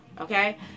okay